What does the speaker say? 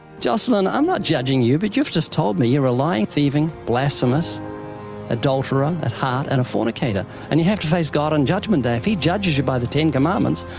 jocelyn, i'm not judging you, but you've just told me you're a lying, thieving, blasphemous adulterer at heart, and a fornicator, and you have to face god on judgment day. if he judges you by the ten commandments,